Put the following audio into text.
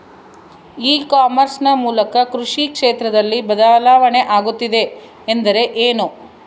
E commerce ನ ಮೂಲಕ ಕೃಷಿ ಕ್ಷೇತ್ರದಲ್ಲಿ ಬದಲಾವಣೆ ಆಗುತ್ತಿದೆ ಎಂದರೆ ಏನು?